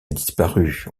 disparu